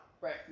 right